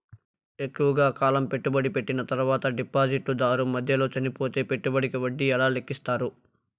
ఎక్కువగా కాలం పెట్టుబడి పెట్టిన తర్వాత డిపాజిట్లు దారు మధ్యలో చనిపోతే పెట్టుబడికి వడ్డీ ఎలా లెక్కిస్తారు?